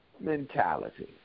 mentality